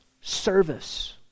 service